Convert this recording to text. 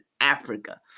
Africa